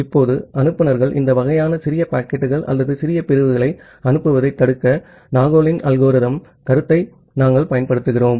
இப்போது அனுப்புநர்கள் இந்த வகையான சிறிய பாக்கெட்டுகள் அல்லது சிறிய பிரிவுகளை அனுப்புவதைத் தடுக்க நாகலின் அல்கோரிதம் Nagles algorithm வழிமுறையின் கருத்தை நாம் பயன்படுத்துகிறோம்